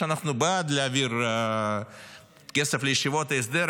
ואנחנו בעד להעביר כסף לישיבות ההסדר,